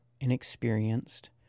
inexperienced